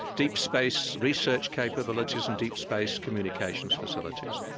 deep space research capabilities and deep space communications facilities,